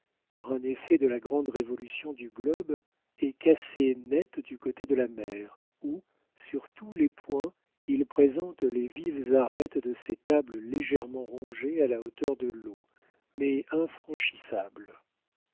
par un effet de la grande révolution du globe est cassé net du côté de la mer où sur tous les points il présente les vives arêtes de ses tables légèrement rongées à la hauteur de l'eau mais infranchissables